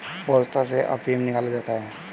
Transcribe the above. पोस्ता से अफीम निकाला जाता है